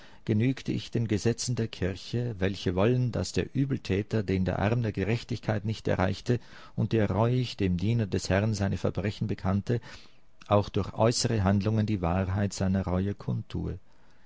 genügte ich den gesetzen der kirche welche wollen daß der übeltäter den der arm der gerechtigkeit nicht erreichte und der reuig dem diener des herrn seine verbrechen bekannte auch durch äußere handlungen die wahrheit seiner reue kundtue